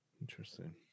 interesting